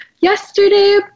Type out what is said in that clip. yesterday